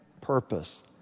purpose